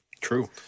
True